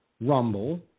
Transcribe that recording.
Rumble